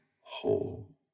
whole